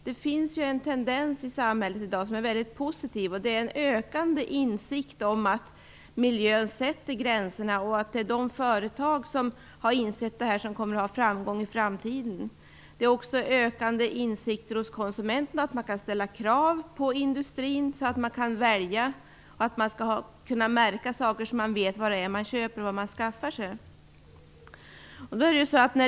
Det finns en positiv tendens i samhället i dag till en ökande insikt om att miljön sätter gränser och att det är de företag som har insett detta som kommer att vara framgångsrika i framtiden. Det är också ökande insikter hos konsumenterna om att de kan ställa krav på industrin och välja. Produkterna skall märkas så att man vet vad man köper.